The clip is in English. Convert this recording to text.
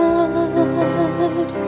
God